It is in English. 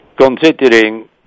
considering